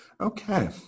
Okay